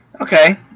Okay